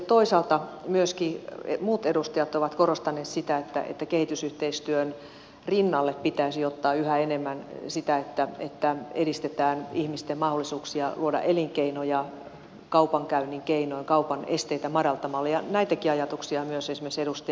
toisaalta myöskin muut edustajat ovat korostaneet sitä että kehitysyhteistyön rinnalle pitäisi ottaa yhä enemmän sitä että edistetään ihmisten mahdollisuuksia luoda elinkeinoja kaupankäynnin keinoin kaupan esteitä madaltamalla ja näitäkin ajatuksia myös esimerkiksi edustaja eerola esitti